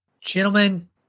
Gentlemen